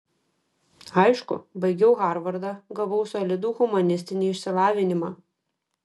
aišku baigiau harvardą gavau solidų humanistinį išsilavinimą